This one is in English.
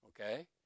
Okay